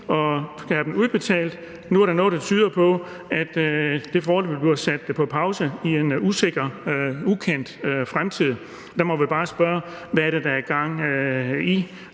og skal have dem udbetalt, og nu er der noget, der tyder på, at det foreløbig bliver sat på pause i en usikker, ukendt fremtid. Der må vi bare spørge: Hvad er det, der er gang i?